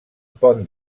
pont